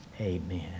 amen